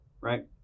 right